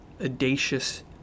audacious